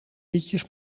liedjes